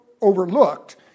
overlooked